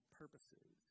purposes